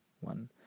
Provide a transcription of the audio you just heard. one